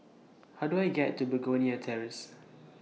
How Do I get to Begonia Terrace